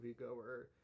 moviegoer